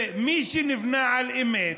מי שנבנה על אמת,